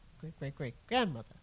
great-great-great-grandmother